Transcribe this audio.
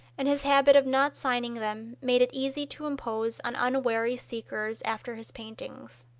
and his habit of not signing them made it easy to impose on unwary seekers after his paintings.